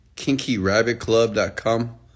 kinkyrabbitclub.com